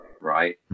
right